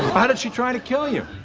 how did she try to kill you?